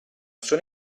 sono